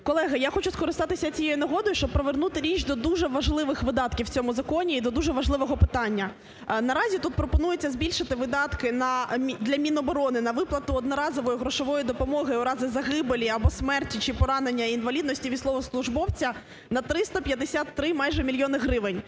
Колеги, я хочу скористатися цією нагодою, щоб привернути річ до дуже важливих видатків в цьому законі і до дуже важливого питання. Наразі тут пропонується збільшити видатки для Міноборони на виплату одноразової грошової допомоги у разі загибелі або смерті чи поранення, інвалідності військовослужбовця на 353 майже мільйона гривень.